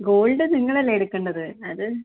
gold നിങ്ങളല്ലേ എടുക്കേണ്ടത് അത്